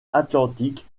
atlantique